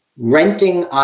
Renting